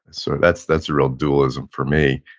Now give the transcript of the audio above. and so that's that's real dualism for me.